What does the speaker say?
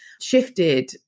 shifted